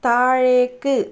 താഴേക്ക്